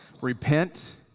repent